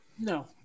No